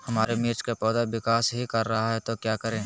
हमारे मिर्च कि पौधा विकास ही कर रहा है तो क्या करे?